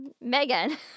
Megan